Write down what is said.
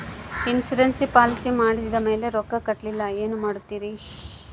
Insurance policy ಮಾಡಿದ ಮೇಲೆ ರೊಕ್ಕ ಕಟ್ಟಲಿಲ್ಲ ಏನು ಮಾಡುತ್ತೇರಿ?